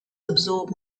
absorb